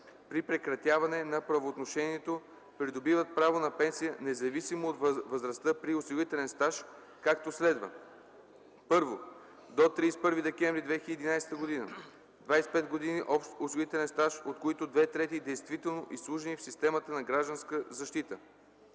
при прекратяване на правоотношението придобиват право на пенсия независимо от възрастта при осигурителен стаж, както следва: 1. до 31 декември 2011 г. – 25 години общ осигурителен стаж, от които две трети действително изслужени в системата на гражданска защита;